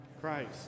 Christ